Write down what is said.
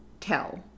tell